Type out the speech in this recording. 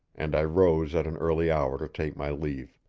and i rose at an early hour to take my leave.